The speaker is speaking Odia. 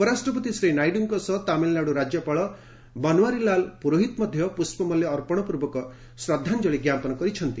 ଉପରାଷ୍ଟ୍ରପତି ଶ୍ରୀ ନାଇଡ଼ୁଙ୍କ ସହ ତାମିଲନାଡ଼ୁ ରାଜ୍ୟପାଳ ବନ୍ୱାରିଲାଲ୍ ପୁରୋହିତ ମଧ୍ୟ ପୁଷ୍ପମାଲ୍ୟ ଅର୍ପଣ ପୂର୍ବକ ଶ୍ରଦ୍ଧାଞ୍ଚଳି ଜଣାଇଛନ୍ତି